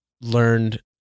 learned